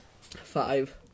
Five